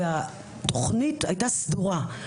והתוכנית הייתה סדורה.